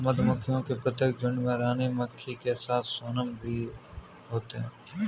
मधुमक्खियों के प्रत्येक झुंड में रानी मक्खी के साथ सोनम की भी होते हैं